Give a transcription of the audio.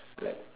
like